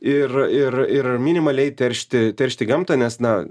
ir ir ir minimaliai teršti teršti gamtą nes na